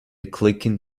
clicking